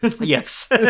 Yes